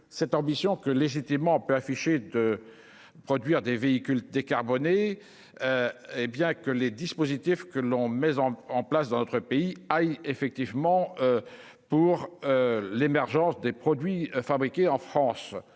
cette ambition que légitimement peut afficher de produire des véhicules décarbonés hé bien que les dispositifs que l'on maison en place dans notre pays aille effectivement pour l'émergence des produits fabriqués en France,